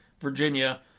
Virginia